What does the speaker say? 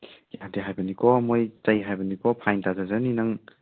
ꯌꯥꯗꯦ ꯍꯥꯏꯕꯅꯤꯀꯣ ꯃꯣꯏ ꯆꯩ ꯍꯥꯏꯕꯅꯤꯀꯣ ꯐꯥꯏꯟ ꯇꯥꯖꯖꯅꯤ ꯅꯪ